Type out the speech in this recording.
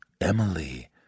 Emily